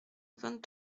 vingt